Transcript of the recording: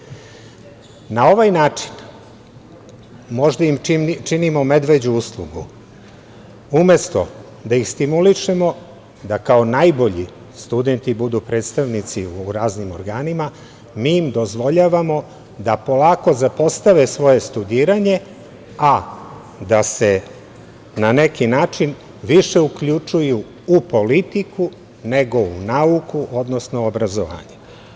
Na ovaj način, možda im činimo medveđu uslugu, umesto da ih stimulišemo, da kao najbolji studenti budu predstavnici u raznim organima, mi im dozvoljavamo da polako zapostave svoje studiranje, a da se na neki način više uključuju u politiku, nego u nauku, odnosno u obrazovanje.